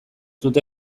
dute